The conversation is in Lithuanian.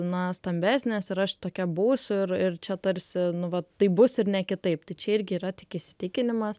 na stambesnės ir aš tokia būsiu ir ir čia tarsi nu vat taip bus ir ne kitaip čia irgi yra tik įsitikinimas